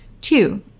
Two